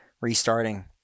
restarting